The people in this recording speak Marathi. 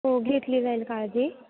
हो घेतली जाईल काळजी